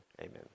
amen